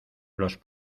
los